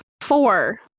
four